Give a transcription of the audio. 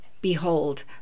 Behold